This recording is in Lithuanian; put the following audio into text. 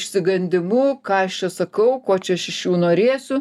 išsigandimu ką aš čia sakau ko čia aš iš jų norėsiu